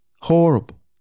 Horrible